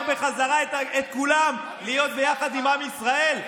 בחזרה את כולם להיות ביחד עם עם ישראל.